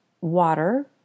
water